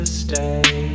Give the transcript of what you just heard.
stay